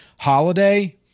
Holiday